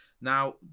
Now